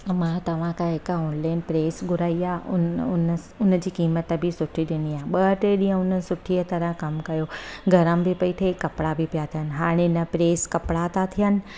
मां तव्हां खां हिकु ऑनलाइन प्रेस घुराई आहे उन उन उन जी क़ीमत बि सुठी ॾिनी आहे ॿ टे ॾींहुं हुन सुठी तरह कमु कयो गरमु बि पई थिए कपिड़ा बि पिया थियनि हाणे न प्रेस कपिड़ा त थियनि